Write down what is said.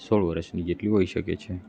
સોળ વર્ષની જેટલી હોઈ શકે છે